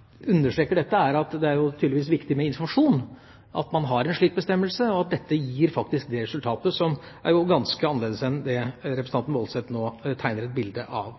at det tydeligvis er viktig med informasjon om at man har en slik bestemmelse, og at dette faktisk gir et resultat som er ganske annerledes enn det representanten Woldseth nå tegner et bilde av.